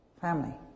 Family